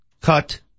cut